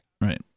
Right